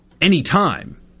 anytime